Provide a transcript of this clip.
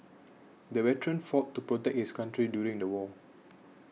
the veteran fought to protect his country during the war